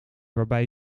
waarbij